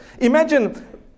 Imagine